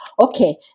Okay